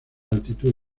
altitud